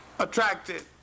attracted